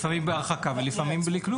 לפעמים בהרחקה ולפעמים בלי כלום.